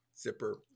zipper